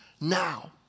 now